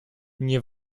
nie